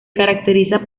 caracteriza